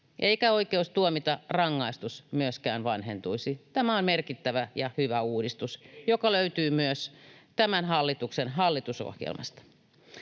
eikä oikeus tuomita rangaistus myöskään vanhentuisi. Tämä on merkittävä ja hyvä uudistus, [Timo Heinonen: Erinomainen!] joka löytyy myös tämän hallituksen hallitusohjelmasta.